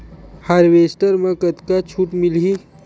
Harvester म कतका छूट मिलही?